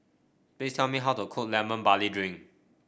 please tell me how to cook Lemon Barley Drink